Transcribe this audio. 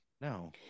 No